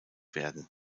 werden